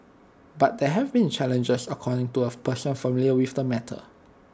but there have been challenges according to A person familiar with the matter